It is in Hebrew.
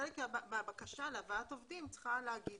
חלק מהבקשה להבאת עובדים צריכה להגיד